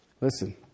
Listen